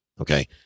okay